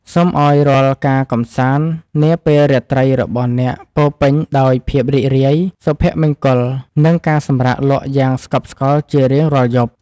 សូមឱ្យរាល់ការកម្សាន្តនាពេលរាត្រីរបស់អ្នកពោរពេញដោយភាពរីករាយសុភមង្គលនិងការសម្រាកលក់យ៉ាងស្កប់ស្កល់ជារៀងរាល់យប់។